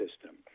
system